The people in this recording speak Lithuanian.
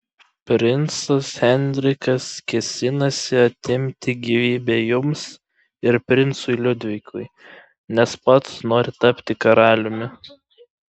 princas henrikas kėsinasi atimti gyvybę jums ir princui liudvikui nes pats nori tapti karaliumi